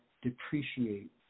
depreciate